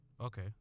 Okay